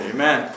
Amen